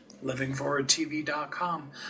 LivingforwardTV.com